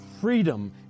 freedom